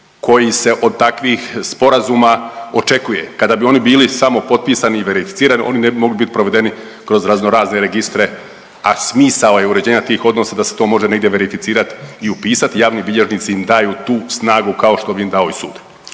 koji se od takvih sporazuma očekuje. Kada bi oni bili samo potpisani i verificirani oni ne bi mogli biti provedeni kroz razno razne registre, a smisao je uređenja tih odnosa da se to može negdje verificirati i upisati. Javni bilježnici im daju snagu kao što bi im i dao sud.